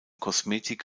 kosmetik